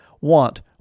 want